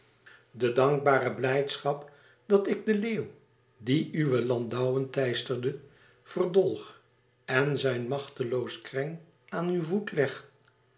de dankbare blijdschap dat ik den leeuw die uwe landouwen teisterde verdolg en zijn machteloos kreng aan uw voet leg